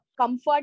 comfort